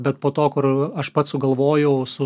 bet po to kur aš pats sugalvojau su